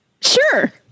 Sure